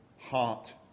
heart